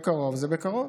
בקרוב זה בקרוב.